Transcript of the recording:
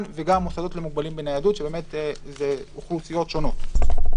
וגם מוסדות למוגבלים בניידות שמדובר באוכלוסיות שונות.